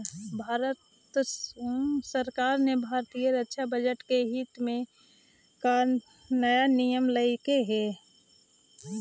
सरकार ने भारतीय रक्षा बजट के हित में का नया नियम लइलकइ हे